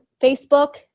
facebook